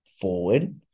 forward